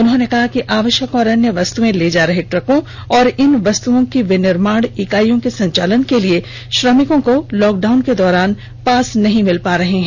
उन्होंने कहा है कि आवश्यक और अन्य वस्तुए ले जा रहे ट्रको और इन वस्तुओं की विनिर्माण इकाइयों के संचालन के लिए श्रमिकों को लॉकडाउन के दौरान पास नहीं मिल पा रहे हैं